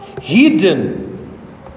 Hidden